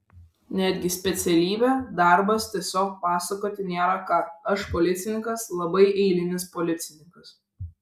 netgi specialybė darbas tiesiog pasakoti nėra ką aš policininkas labai eilinis policininkas